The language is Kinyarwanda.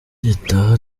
gitaha